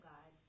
God